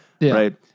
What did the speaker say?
right